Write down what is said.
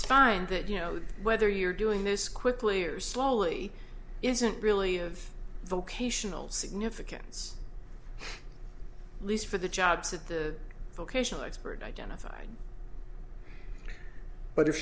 find that you know whether you're doing this quickly or slowly isn't really of vocational significance least for the jobs at the vocational expert identified but if